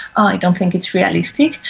i don't think it's realistic.